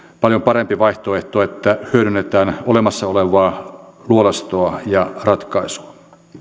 paljon parempi vaihtoehto että hyödynnetään olemassa olevaa luolastoa ja ratkaisua